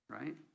right